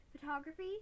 photography